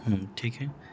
ٹھیک ہے